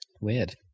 Weird